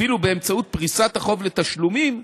אפילו באמצעות פריסת החוב לתשלומים,